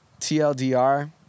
TLDR